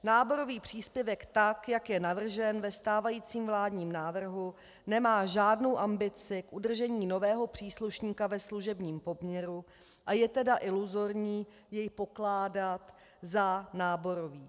Náborový příspěvek, tak jak je navržen ve stávajícím vládním návrhu, nemá žádnou ambici k udržení nového příslušníka ve služebním poměru, a je tedy iluzorní jej pokládat za náborový.